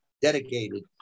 dedicated